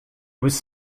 was